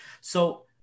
So-